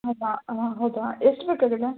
ಹೌದಾ ಹಾಂ ಹೌದಾ ಎಷ್ಟು ಬೇಕಾಗಿದೆ